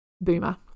boomer